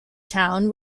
town